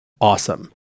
awesome